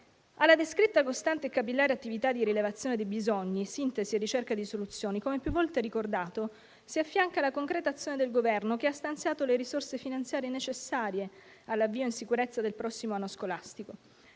Alla descritta attività - costante e capillare - di rilevazione dei bisogni, di sintesi e di ricerca di soluzioni, come più volte ricordato, si affianca la concreta azione del Governo, che ha stanziato le risorse finanziarie necessarie all'avvio in sicurezza del prossimo anno scolastico.